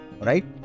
right